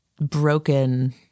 broken